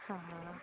हा हा